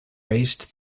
raised